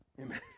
Amen